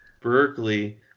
Berkeley